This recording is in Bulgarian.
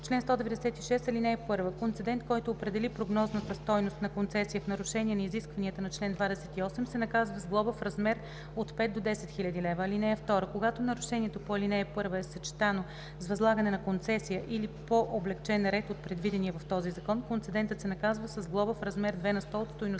„Чл. 196. (1) Концедент, който определи прогнозната стойност на концесия в нарушение на изискванията на чл. 28, се наказва с глоба в размер от 5000 до 10 000 лв. (2) Когато нарушението по ал. 1 е съчетано с възлагане на концесия при по-облекчен ред от предвидения в този Закон, концедентът се наказва с глоба в размер 2 на сто от стойността